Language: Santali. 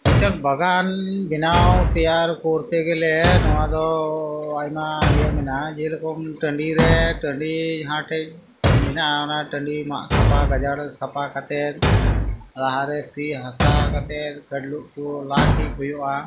ᱢᱤᱫᱴᱟᱝ ᱵᱟᱜᱟᱱ ᱵᱮᱱᱟᱣ ᱛᱮᱭᱟᱨ ᱠᱚᱨᱛᱮ ᱜᱮᱞᱮ ᱱᱚᱣᱟᱫᱚ ᱟᱭᱢᱟ ᱤᱭᱟᱹ ᱢᱮᱱᱟᱜᱼᱟ ᱡᱮᱹᱨᱚᱠᱚᱢ ᱴᱟᱺᱰᱤ ᱨᱮ ᱴᱟᱺᱰᱤ ᱡᱟᱦᱟᱸᱴᱷᱮᱱ ᱢᱮᱱᱟᱜᱼᱟ ᱚᱱᱟ ᱴᱟᱺᱰᱤ ᱢᱟᱜ ᱥᱟᱯᱟ ᱜᱟᱡᱟᱲ ᱥᱟᱯᱟ ᱠᱟᱛᱮᱫ ᱞᱟᱦᱟᱨᱮ ᱥᱤ ᱦᱟᱥᱟ ᱠᱟᱛᱮᱫ ᱜᱷᱟᱹᱰᱞᱩᱜ ᱠᱚ ᱞᱟ ᱴᱷᱤᱠ ᱦᱩᱭᱩᱜᱼᱟ